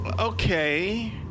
Okay